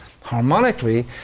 harmonically